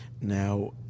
Now